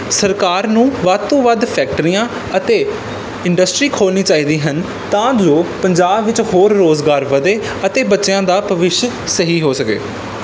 ਸਰਕਾਰ ਨੂੰ ਵੱਧ ਤੋਂ ਵੱਧ ਫੈਕਟਰੀਆਂ ਅਤੇ ਇੰਡਸਟਰੀ ਖੋਲ੍ਹਣੀ ਚਾਹੀਦੀ ਹਨ ਤਾਂ ਲੋਕ ਪੰਜਾਬ ਵਿੱਚ ਹੋਰ ਰੁਜ਼ਗਾਰ ਵਧੇ ਅਤੇ ਬੱਚਿਆਂ ਦਾ ਭਵਿੱਖ ਸਹੀ ਹੋ ਸਕੇ